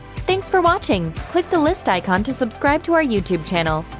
thanks for watching! click the list icon to subscribe to our youtube channel.